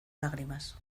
lágrimas